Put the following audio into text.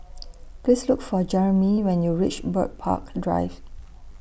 Please Look For Jerimy when YOU REACH Bird Park Drive